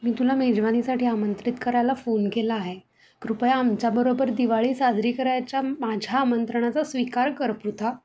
मी तुला मेजवानीसाठी आमंत्रित करायला फोन केला आहे कृपया आमच्याबरोबर दिवाळी साजरी करायच्या माझ्या आमंत्रणाचा स्वीकार कर पृथा